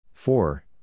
Four